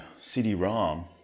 CD-ROM